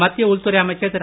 மத்திய உள்துறை அமைச்சர் திரு